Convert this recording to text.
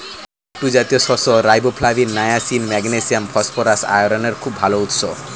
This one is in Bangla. কুট্টু জাতীয় শস্য রাইবোফ্লাভিন, নায়াসিন, ম্যাগনেসিয়াম, ফসফরাস, আয়রনের খুব ভাল উৎস